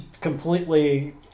completely